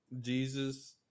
Jesus